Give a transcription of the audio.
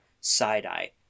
side-eye